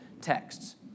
texts